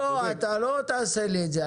אתה לא תעשה לי את זה.